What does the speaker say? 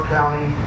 County